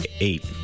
eight